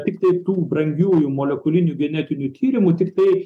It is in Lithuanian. tiktai tų brangiųjų molekulinių genetinių tyrimų tiktai